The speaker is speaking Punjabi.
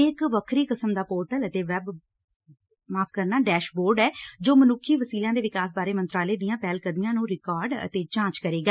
ਇਹ ਇਕ ਵੱਖਰੀ ਕਿਸਮ ਦਾ ਪੋਰਟਲ ਅਤੇ ਡੈਸ਼ ਬਰੋਡ ਐ ਜੋ ਮਨੁੱਖੀ ਵਸੀਲਿਆਂ ਦੇ ਵਿਕਾਸ ਬਾਰੇ ਮੰਤਰਾਲੇ ਦੀਆਂ ਪਹਿਲਕਦਮੀਆਂ ਨੂੰ ਰਿਕਾਰਡ ਅਤੇ ਜਾਂਚ ਕਰੇਗਾ